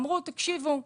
אמרו - תקשיבו,